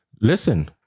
Listen